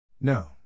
No